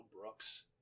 Brooks